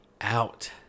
out